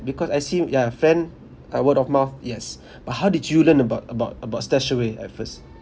because I seem ya friend uh word of mouth yes but how did you learn about about about stashaway at first